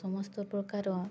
ସମସ୍ତ ପ୍ରକାର